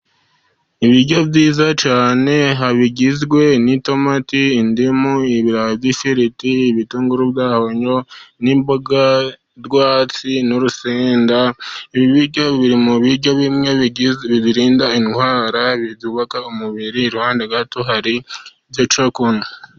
Ibiryo byiza cyane ha bigizwe n'itomati, indimu, ibirayi by'ifiriti, ibitunguru n'imboga rwatsi n'urusenda. Ibi biryo biri mu biryo bimwe birinda indwara, byubaka umubiri iruhande gato hari icyo kunywa.